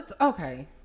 Okay